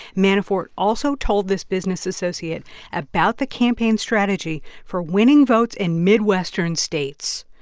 manafort also told this business associate about the campaign strategy for winning votes in midwestern states.